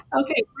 Okay